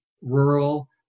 rural